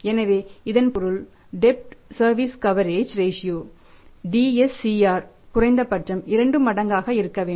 எனவே இதன் பொருள் debt service coverage ratio DSCR குறைந்தபட்சம் 2 மடங்காக இருக்க வேண்டும்